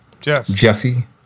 Jesse